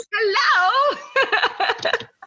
Hello